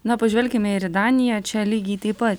na pažvelkime ir į daniją čia lygiai taip pat